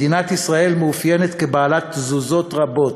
מדינת ישראל מתאפיינת כבעלת תזוזות רבות,